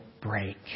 break